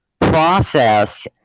process